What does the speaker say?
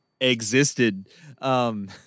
existed